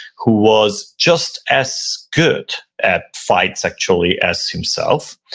who was just as good at fights actually, as himself.